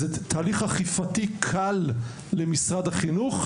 זה תהליך אכיפתי קל למשרד החינוך,